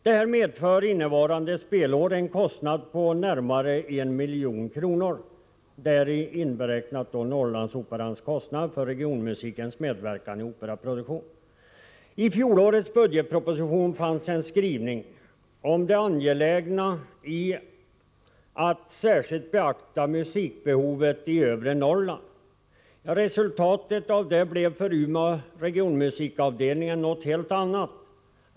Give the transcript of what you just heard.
Detta medför under innevarande spelår en kostnad på närmare 1 milj.kr., däri inräknat Norrlandsoperans kostnader för regionmusikens medverkan i samband med operaproduktion. I fjolårets budgetproposition finns det en skrivning om det angelägna i att särskilt beakta musikbehovet i övre Norrland. Resultatet blev dock något helt annat när det gäller Umeå regionmusikavdelning.